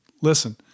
listen